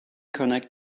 connect